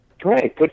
Great